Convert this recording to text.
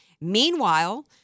Meanwhile